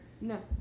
No